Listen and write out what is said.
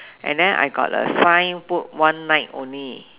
and then I got a sign put one night only